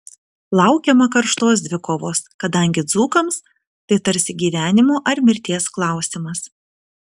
laukiama karštos dvikovos kadangi dzūkams tai tarsi gyvenimo ar mirties klausimas